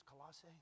Colossae